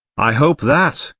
i hope that,